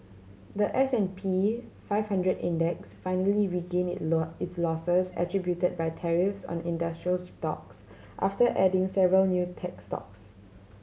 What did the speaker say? the S and P five hundred Index finally regain its losses attributed by tariffs on industrials stocks after adding several new tech stocks